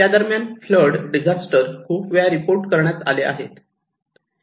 यादरम्यान flood disaster खूपच वेळा रिपोर्ट करण्यात आला आहे